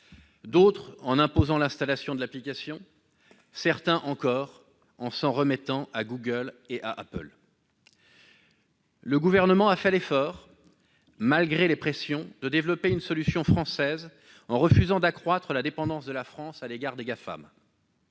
d'autres imposent l'installation de l'application, d'autres encore s'en remettent à Google et à Apple. Le Gouvernement a fait l'effort, malgré les pressions, de développer une solution française en refusant d'accroître la dépendance de la France à l'égard des Gafam.